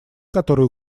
которые